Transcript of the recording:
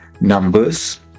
numbers